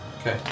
Okay